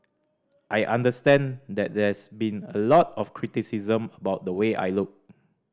I understand that there's been a lot of criticism about the way I look